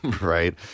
Right